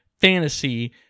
fantasy